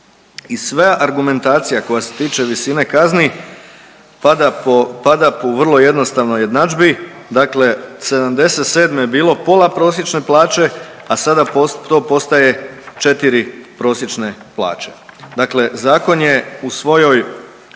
i sva argumentacija koja se tiče visine kazni pada po, pada po vrlo jednostavnoj jednadžbi, dakle '77. je bilo pola prosječne plaće, a sada to postaje 4 prosječne plaće, dakle zakon je u svojoj,